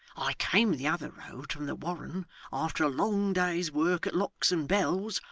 i came the other road from the warren after a long day's work at locks and bells,